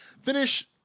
Finish